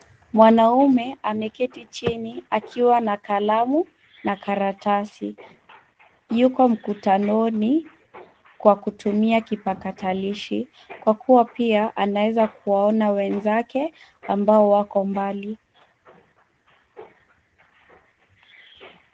Mwanaume ameketi chini akiwa na kalamu na karatasi. Yuko mkutanoni kwa kutumia kipakatalishi kwa kuwa pia anaweza kuwaona wenzake ambao wako mbali.